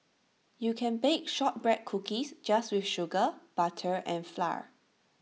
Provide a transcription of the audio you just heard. you can bake Shortbread Cookies just with sugar butter and flour